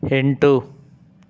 ಎಂಟು